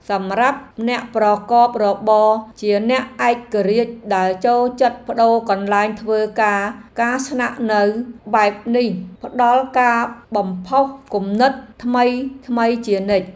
សម្រាប់អ្នកប្រកបរបរជាអ្នកឯករាជ្យដែលចូលចិត្តប្ដូរកន្លែងធ្វើការការស្នាក់នៅបែបនេះផ្ដល់ការបំផុសគំនិតថ្មីៗជានិច្ច។